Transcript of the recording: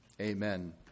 Amen